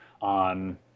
on